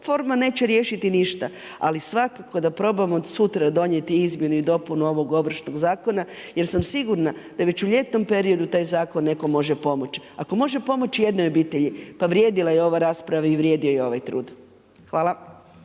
Forma neće riješiti ništa, ali svakako da probamo sutra donijeti izmjenu i dopunu ovog ovršnog zakona, jer sam sigurna da već u ljetnom periodu taj zakon nekom može pomoći. Ako može pomoći jednoj obitelji, pa vrijedila je ova rasprava i vrijedio je ovaj trud. Hvala.